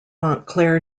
montclair